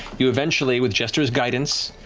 you eventually, with jester's guidance,